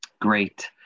Great